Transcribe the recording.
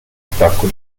attacco